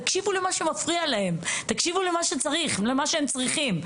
תקשיבו למה שמפריע להם, תקשיבו אל מה שהם צריכים.